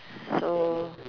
so